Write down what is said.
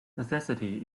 necessity